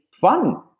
fun